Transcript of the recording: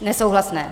Nesouhlasné.